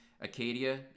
Acadia